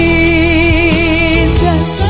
Jesus